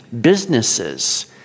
Businesses